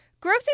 Growth